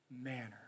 manner